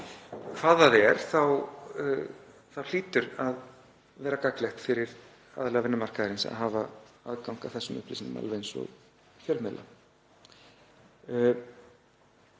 hvað það er, þá hlýtur að vera gagnlegt fyrir aðila vinnumarkaðarins að hafa aðgang að þessum upplýsingum alveg eins og fjölmiðlar.